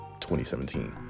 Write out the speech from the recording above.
2017